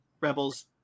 Rebels